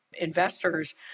investors